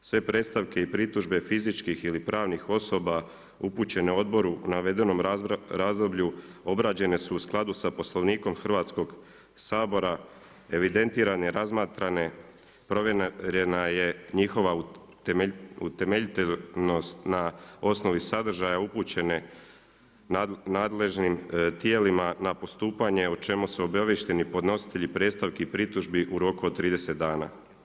Sve predstavke i pritužbe fizičkih ili pravnih osoba upućenom odboru navedenom razdoblju obrađene su u skladu s Poslovnikom Hrvatskog sabora, evidentirane, razmatrane provjerena je njihova utemeljenost na osnovi sadržaja upućene nadl3ežnim tijelima na postupanje, o čemu su obavješteni podnositelji predstavki, pritužbi u roku od 30 dana.